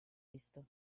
visto